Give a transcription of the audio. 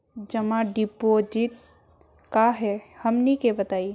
जमा डिपोजिट का हे हमनी के बताई?